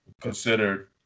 considered